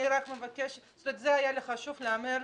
אני רק מבקשת, היה לי חשוב שזה ייאמר.